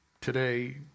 today